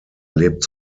lebt